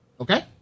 Okay